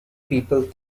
people